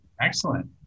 excellent